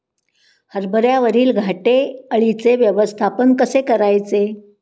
हरभऱ्यावरील घाटे अळीचे व्यवस्थापन कसे करायचे?